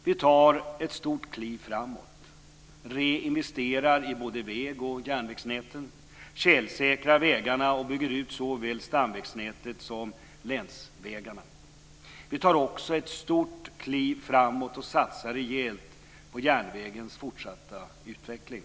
Vi tar ett stort kliv framåt och reinvesterar i både väg och järnvägsnäten, tjälsäkrar vägarna och bygger ut såväl stamnätet som länsvägarna. Vi tar också ett stort kliv framåt och satsar rejält på järnvägens fortsatta utveckling.